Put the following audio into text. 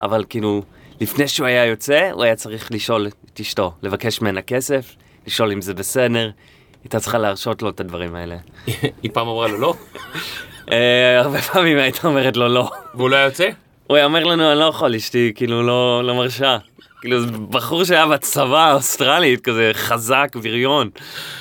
אבל כאילו, לפני שהוא היה יוצא, הוא היה צריך לשאול את אשתו, לבקש ממנה כסף, לשאול אם זה בסדר, היא הייתה צריכה להרשות לו את הדברים האלה. היא פעם אמרה לו לא? הרבה פעמים היא הייתה אומרת לו לא. והוא לא היה יוצא? הוא היה אומר לנו, אני לא יכול, אשתי, כאילו, לא מרשה. כאילו, זה בחור שהיה בצבא האוסטרלית כזה, חזק, ביריון.